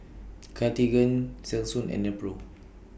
Cartigain Selsun and Nepro